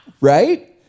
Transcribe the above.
right